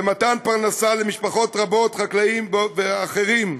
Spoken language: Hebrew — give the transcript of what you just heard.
מתן פרנסה למשפחות רבות" חקלאים ואחרים,